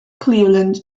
cleveland